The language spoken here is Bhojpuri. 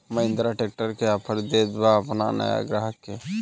महिंद्रा ट्रैक्टर का ऑफर देत बा अपना नया ग्राहक के?